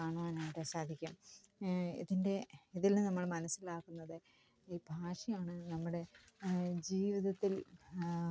കാണുവാനായിട്ട് സാധിക്കും ഇതിൻ്റെ ഇതിൽ നമ്മൾ മനസ്സിലാക്കുന്നത് ഈ ഭാഷയാണ് നമ്മുടെ ജീവിതത്തിൽ